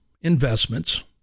investments